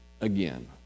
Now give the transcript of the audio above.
again